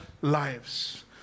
lives